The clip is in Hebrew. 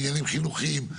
עניינים חינוכיים,